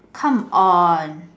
come on